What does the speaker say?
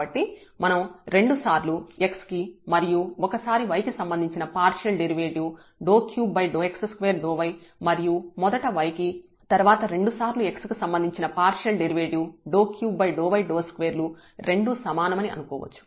కాబట్టి మనం రెండుసార్లు x కి మరియు ఒకసారి y కి సంబంధించిన పార్షియల్ డెరివేటివ్ 3x2yమరియు మొదట y కి తర్వాత రెండుసార్లు x కి సంబంధించిన పార్షియల్ డెరివేటివ్ 3yx2 లు రెండూ సమానమని అనుకోవచ్చు